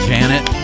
Janet